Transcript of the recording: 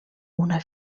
una